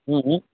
ह्म्म